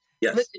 yes